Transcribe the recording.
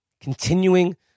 continuing